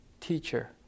teacher